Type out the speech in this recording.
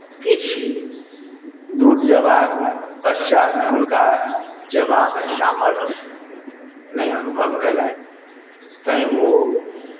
किछु दूर जयबाक पश्चात हुनका जयबामे सामर्थ्य नहि अनुभव केलनि तैँ ओ